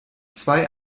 zwei